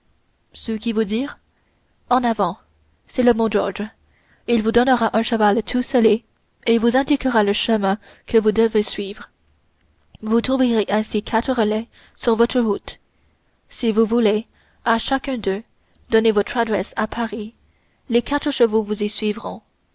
ce qui veut dire en avant c'est le mot d'ordre il vous donnera un cheval tout sellé et vous indiquera le chemin que vous devez suivre vous trouverez ainsi quatre relais sur votre route si vous voulez à chacun d'eux donner votre adresse à paris les quatre chevaux vous y suivront